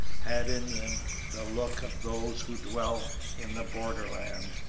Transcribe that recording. had in them the look of those who dwell in the borderland.